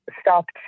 stopped